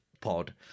pod